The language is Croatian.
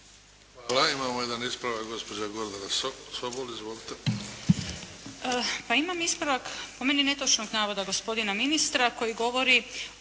Hvala. Imamo jedan ispravak, gospođa Gordana Sobol. Izvolite. **Sobol, Gordana (SDP)** Pa, imam ispravak po meni netočnog navoda gospodina ministra koji govori